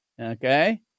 okay